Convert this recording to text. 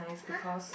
!huh!